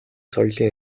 соёлын